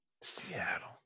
Seattle